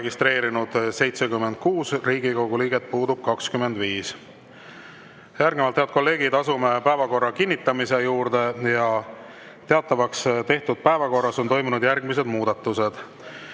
registreerunud 76 Riigikogu liiget, puudub 25.Järgnevalt, head kolleegid, asume päevakorra kinnitamise juurde. Teatavaks tehtud päevakorras on toimunud järgmised muudatused.